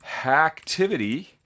Hacktivity